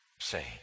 Say